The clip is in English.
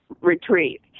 retreat